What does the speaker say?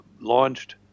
launched